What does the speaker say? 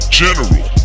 general